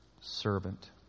Servant